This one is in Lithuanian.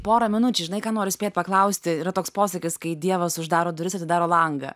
pora minučių žinai ką noriu spėt paklausti yra toks posakis kai dievas uždaro duris atidaro langą